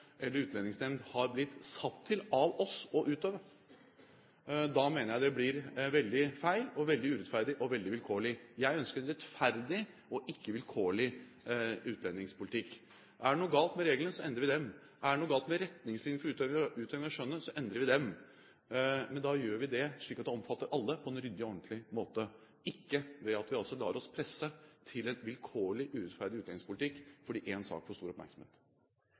eller utlendingsnemnd av oss har blitt satt til å utøve. Det mener jeg blir veldig feil og veldig urettferdig og veldig vilkårlig. Jeg ønsker en rettferdig og ikke en vilkårlig utlendingspolitikk. Er det noe galt med reglene, så endrer vi dem. Er det noe galt med retningslinjene for utøving av skjønnet, så endrer vi dem. Men da gjør vi det slik at det omfatter alle på en ryddig og ordentlig måte – ikke ved at vi lar oss presse til en vilkårlig urettferdig utlendingspolitikk fordi en sak får stor oppmerksomhet.